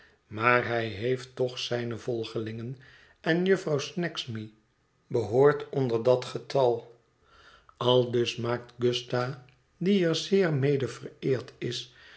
maar hij heeft toch zijne volgelingen en jufvrouw snagsby behoort onder dat getal aldus maakt gusta die er zeer mede vereerd is